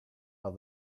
are